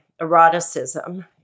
eroticism